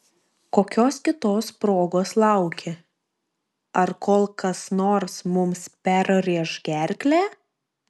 kokios kitos progos lauki ar kol kas nors mums perrėš gerklę